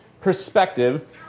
perspective